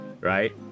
right